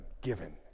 given